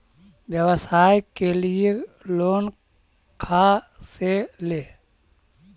व्यवसाय के लिये लोन खा से ले?